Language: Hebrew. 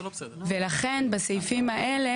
ולכן, בסעיפים האלה